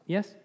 Yes